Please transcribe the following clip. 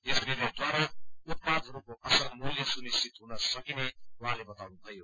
यस निर्णयद्वारा उत्पादहरूको असल मूल्य सुनिश्चित हुन सकिने उहाँले बताउनु भयो